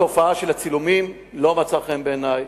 התופעה של הצילומים לא מצאה חן בעיני,